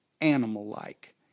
animal-like